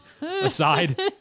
aside